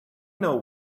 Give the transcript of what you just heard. know